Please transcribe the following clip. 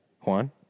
Juan